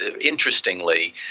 Interestingly